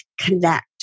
connect